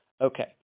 Okay